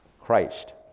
Christ